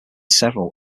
several